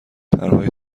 پرهای